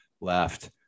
left